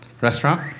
restaurant